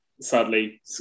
sadly